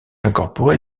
incorporé